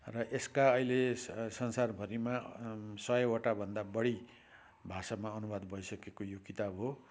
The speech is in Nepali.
र यसका अहिले स संसारभरिमा सयवटाभन्दा बढी भाषामा अनुवाद भइसकेको यो किताब हो